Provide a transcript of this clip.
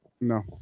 No